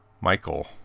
Michael